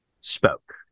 spoke